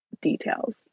details